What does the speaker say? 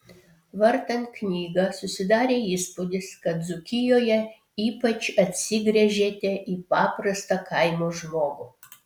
vartant knygą susidarė įspūdis kad dzūkijoje ypač atsigręžėte į paprastą kaimo žmogų